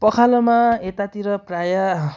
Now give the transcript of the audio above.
पखालोमा एतातिर प्रायः